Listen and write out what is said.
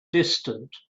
distant